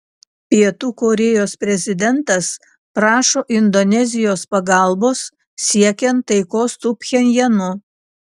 pietų korėjos prezidentas prašo indonezijos pagalbos siekiant taikos su pchenjanu